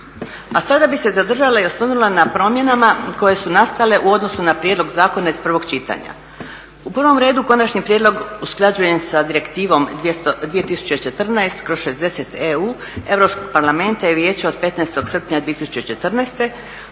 A sada bih se zadržala i osvrnula na promjene koje su nastale u odnosu na prijedlog zakona iz prvog čitanja. U prvom redu konačni prijedlog usklađen je sa Direktivom 2014/60 EU Europskog parlamenta i vijeća od 15. srpnja 2014.